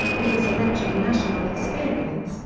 it was a wrenching national experience,